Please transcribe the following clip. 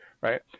right